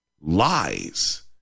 lies